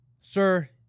Sir